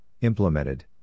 implemented